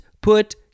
put